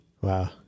Wow